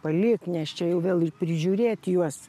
palikt nes čia jau vėl ir prižiūrėt juos